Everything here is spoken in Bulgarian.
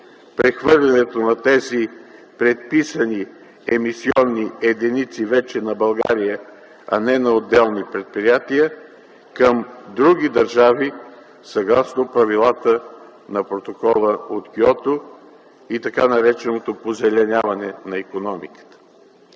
прехвърлянето на тези предписани емисионни единици вече на България, а не на отделни предприятия към други държави, съгласно правилата на Протокола от Киото и така нареченото позеленяване на икономиката.